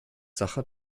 sacher